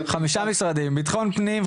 חמישה משרדים: המשרד לביטחון פנים,